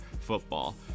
football